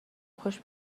خوش